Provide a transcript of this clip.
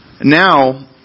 Now